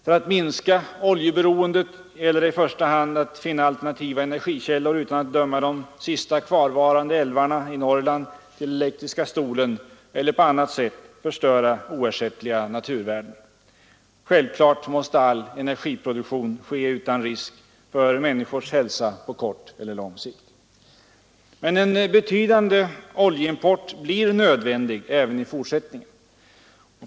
För att minska oljeberoendet gäller det i första hand att finna alternativa energikällor, utan att döma de sista kvarvarande älvarna i Norrland till elektriska stolen eller på annat sätt förstöra oersättliga naturvärden. Självklart måste all energiproduktion ske utan risk för människors hälsa på kort eller lång sikt. Men en betydande oljeimport blir nödvändig även i fortsättningen.